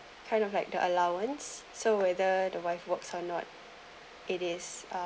kind of like the allowance so whether the wife works or not it is